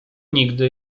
nigdy